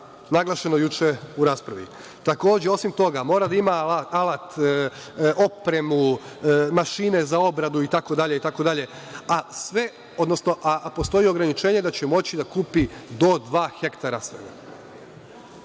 naglašeno juče u raspravi. Takođe, osim toga mora da ima alat, opremu, mašine za obradu itd, itd, a postoji ograničenje da će moći da kupi do dva hektara